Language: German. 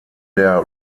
der